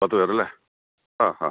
പത്ത് പേരല്ലേ ആ ആ